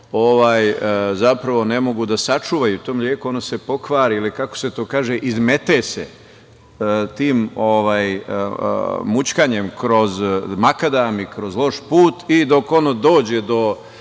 zapravo ne mogu da sačuvaju to mleko, ono se pokvari ili kako se to kaže izmete se tim mućkanjem kroz makadam i kroz loš put i dok ono dođe do